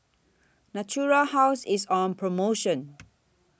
Natura House IS on promotion